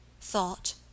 thought